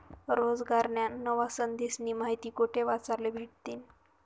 रोजगारन्या नव्या संधीस्नी माहिती कोठे वाचले भेटतीन?